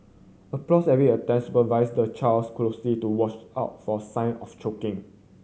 applause every attempts supervise the child's closely to watch out for sign of choking